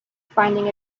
finding